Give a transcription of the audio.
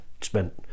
spent